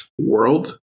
world